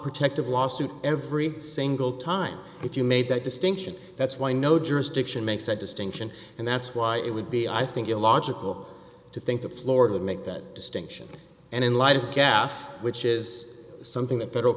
protective lawsuit every single time if you made that distinction that's why no jurisdiction makes that distinction and that's why it would be i think illogical to think that florida would make that distinction and in light of caffe which is something that federal